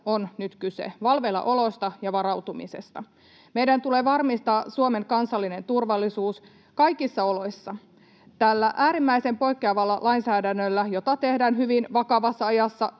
on nyt kyse, valveillaolosta ja varautumisesta. Meidän tulee varmistaa Suomen kansallinen turvallisuus kaikissa oloissa. Tällä äärimmäisen poikkeavalla lainsäädännöllä, jota tehdään hyvin vakavassa ajassa,